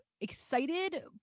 excited